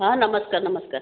ହଁ ନମସ୍କାର ନମସ୍କାର